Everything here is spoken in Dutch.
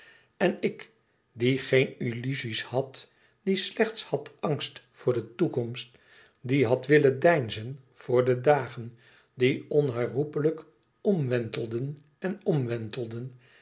en ik die gééne illuzie's had die slechts had angst voor de toekomst die had willen deinzen voor de dagen die onherroepelijk omwentelden en omwentelden